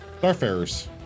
Starfarers